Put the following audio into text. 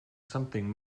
something